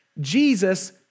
Jesus